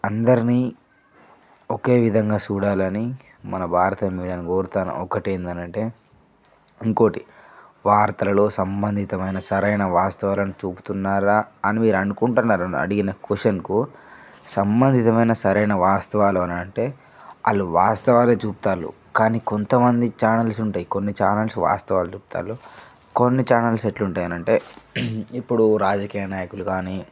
అందరినీ ఒకే విధంగా చూడాలని మన భారత మీడియాని కోరతాన్న ఒకటేందనంటే ఇంకోటి వార్తలలో సంబంధితమైన సరైన వాస్తవాలను చూపుతున్నారా అని మీరనుకుంటున్నారా అని అడిగిన క్వశ్చన్కు సంబంధితమైన సరైన వాస్తవాలు అనంటే వాళ్ళు వాస్తవాలు చూపుతారు కానీ కొంతమంది చానల్స్ ఉంటాయి కొన్ని చానల్స్ వాస్తవాలు చూపుతారు కొన్ని చానల్స్ ఎట్లుంటాయనంటే ఇప్పుడు రాజకీయ నాయకులు గానీ